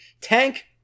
Tank